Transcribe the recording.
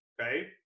Okay